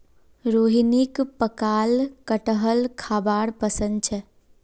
रोहिणीक पकाल कठहल खाबार पसंद छेक